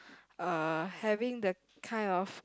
uh having that kind of